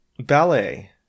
ballet